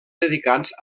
dedicats